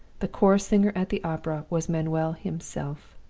the chorus-singer at the opera was manuel himself!